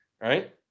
Right